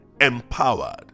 empowered